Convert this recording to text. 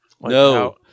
No